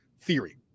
theory